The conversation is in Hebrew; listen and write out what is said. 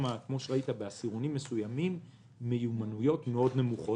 שבעשירונים מסוימים יש מיומנויות מאוד נמוכות,